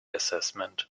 assessment